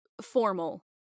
formal